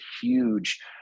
huge